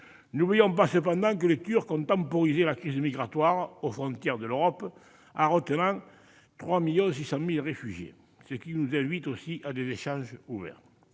n'oublions pas que les Turcs ont tempéré la crise migratoire aux frontières de l'Europe en retenant 3,6 millions de réfugiés, ce qui invite aussi à des échanges ouverts.